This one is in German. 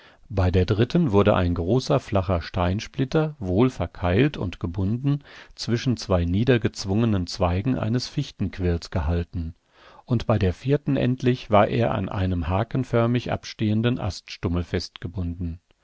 bei der dritten wurde ein großer flacher steinsplitter wohlverkeilt und gebunden zwischen zwei niedergezwungenen zweigen eines fichtenquirls gehalten und bei der vierten endlich war er an einem hakenförmig abstehenden aststummel festgebunden